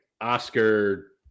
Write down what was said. Oscar